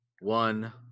one